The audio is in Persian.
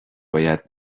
باید